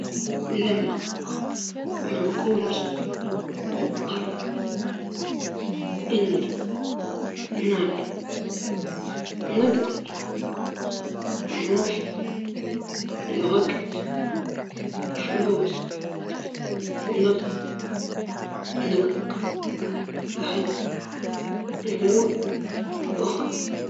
نفضل التحكم في الطقس، لأنه بتقدر تساعد الناس وتخفف مصايبهم، والمطر والثلج يمكن يغيروا حياة ناس.